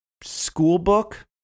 schoolbook